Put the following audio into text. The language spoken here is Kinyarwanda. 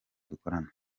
dukorana